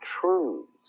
truths